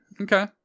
Okay